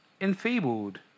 enfeebled